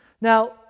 Now